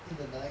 in the night